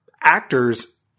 actors